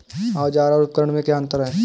औज़ार और उपकरण में क्या अंतर है?